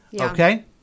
Okay